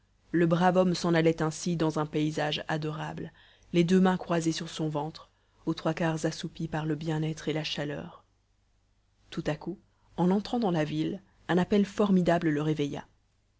le brave homme s'en allait ainsi dans un paysage adorable les deux mains croisées sur son ventre aux trois quarts assoupi par le bien être et la chaleur tout à coup en entrant dans la ville un appel formidable le réveilla